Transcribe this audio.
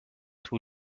two